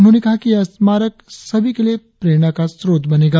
उन्होंने कहा कि यह स्मारक सभी के लिए प्रेरणा का स्रोत बनेगा